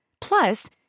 Plus